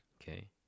Okay